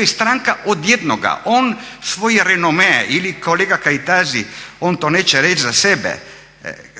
je stranka od jednoga, on svoje renomee ili kolega Kajtazi on to neće reći za sebe,